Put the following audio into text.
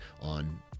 on